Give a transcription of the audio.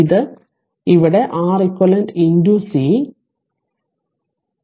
ഇത് ഇവിടെR eq C